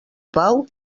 pau